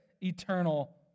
eternal